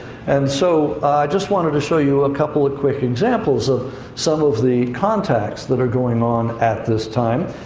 and so i just wanted to show you a couple of quick examples of some of the contacts that are going on at this time.